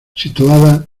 situada